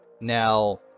now